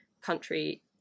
country